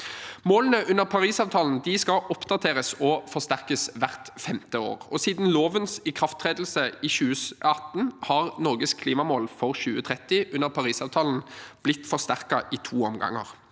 Målene under Parisavtalen skal oppdateres og forsterkes hvert femte år. Siden lovens ikrafttredelse i 2018 har Norges klimamål for 2030 under Parisavtalen blitt forsterket i to omganger.